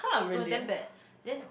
it was damn bad then